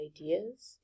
ideas